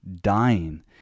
dying